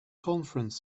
conference